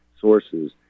sources